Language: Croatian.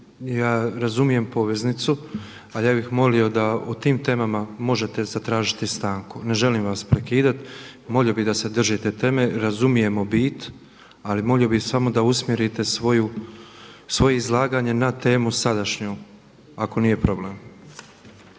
ja razumijem poveznicu, ali ja bih molio da o tim temama možete zatražiti stanku. Ne želim vas prekidati. Molio bih a se držite teme. Razumijemo bit, ali molio bih samo da usmjerite svoje izlaganje na temu sadašnju ako nije problem.